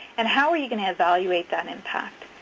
and how are you going to evaluate that impact?